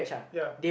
ya